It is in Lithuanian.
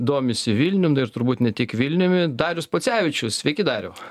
domisi vilnium ir turbūt ne tik vilniumi darius pocevičius sveiki dariau